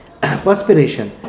perspiration